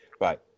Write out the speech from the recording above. right